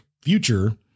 future